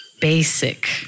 basic